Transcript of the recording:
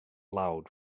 loud